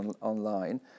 online